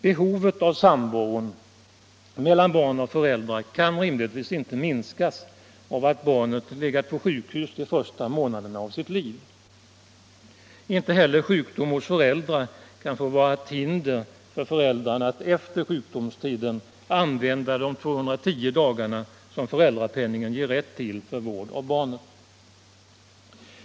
Behovet av samvaro mellan barn och föräldrar kan rimligtvis inte minskas av att barnet legat på sjukhus de första månaderna av sitt liv. Inte heller sjukdom hos föräldrarna får vara ett hinder för dem att efter sjukdomstiden använda de 210 dagar som föräldraförsäkringen ger rätt till för vård av barnet.